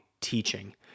teaching